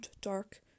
Dark